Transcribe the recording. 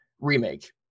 remake